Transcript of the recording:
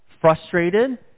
frustrated